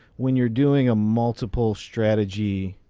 when you're doing a multiple strategy.